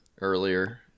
earlier